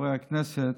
חברי הכנסת,